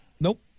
Nope